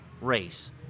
race